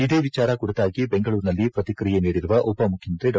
ಇದೇ ವಿಚಾರ ಕುರಿತಾಗಿ ಬೆಂಗಳೂರಿನಲ್ಲಿ ಪ್ರತಿಕ್ರಿಯೆ ನೀಡಿರುವ ಉಪ ಮುಖ್ಯಮಂತ್ರಿ ಡಾ